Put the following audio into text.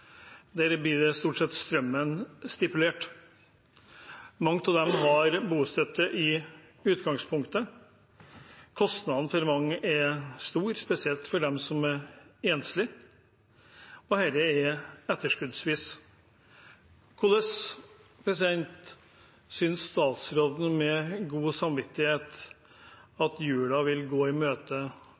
har bostøtte i utgangspunktet. Kostnadene for mange er store, spesielt for dem som er enslige, og dette er etterskuddsvis. Hvordan synes statsråden, med god samvittighet, at det vil være for de enslige minstepensjonistene å gå jula i møte